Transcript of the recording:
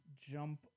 jump